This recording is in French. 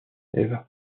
eva